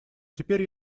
теперь